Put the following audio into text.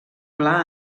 pla